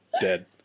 Dead